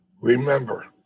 Remember